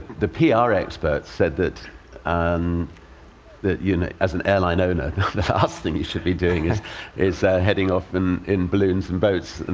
the ah pr experts said that um that you know as an airline owner, the last thing you should be doing is is heading off and in balloons and boats,